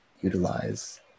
utilize